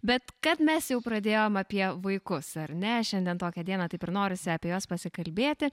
bet kad mes jau pradėjom apie vaikus ar ne šiandien tokią dieną taip ir norisi apie juos pasikalbėti